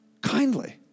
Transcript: kindly